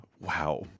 Wow